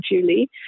Julie